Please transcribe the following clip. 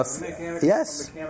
Yes